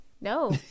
No